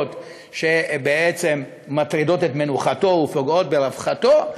שבעצם מטרידות את מנוחתו ופוגעות ברווחתו,